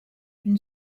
une